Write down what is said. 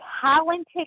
talented